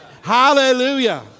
Hallelujah